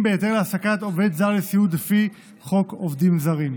בהיתר להעסקת עובד זר לסיעוד לפי חוק עובדים זרים.